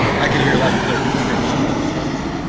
i can hear loud and clear. can you hear me miss reynolds?